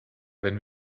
wenn